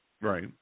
Right